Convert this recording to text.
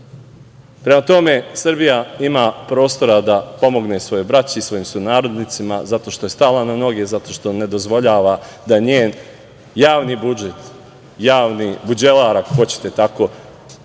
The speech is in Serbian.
Mrdić. Prema tome, Srbija ima prostora da pomogne svojoj braći i svojim sunarodnicima zato što je stala na noge, zato što ne dozvoljava da njen javni budžet, javni buđelar, ako hoćete tako,